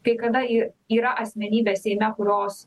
kai kada ji yra asmenybės seime kurios